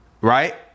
Right